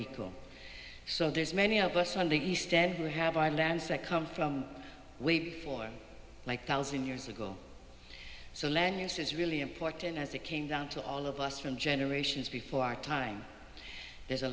equal so there's many of us on the east deborah have our lands that come from way before like thousand years ago so land use is really important as it came down to all of us from generations before our time there's a